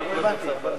בצרפת.